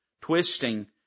twisting